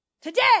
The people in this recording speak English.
Today